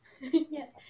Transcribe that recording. Yes